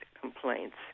complaints